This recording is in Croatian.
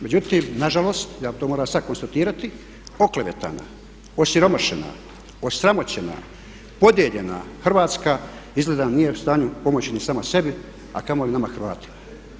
Međutim nažalost, ja to moram sad konstatirati oklevetana, osiromašena, osramoćena, podijeljena Hrvatska izgleda nije u stanju pomoći ni sama sebi, a kamoli nama Hrvatima.